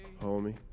homie